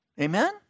amen